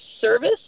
service